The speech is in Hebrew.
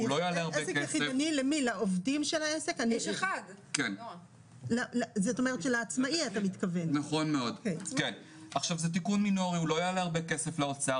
הוא לא יעלה הרבה כסף לאוצר,